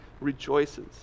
rejoices